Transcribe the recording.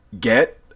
get